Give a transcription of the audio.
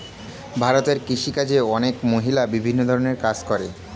ভারতে কৃষিকাজে অনেক মহিলা বিভিন্ন ধরণের কাজ করে